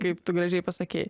kaip tu gražiai pasakei